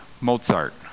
Mozart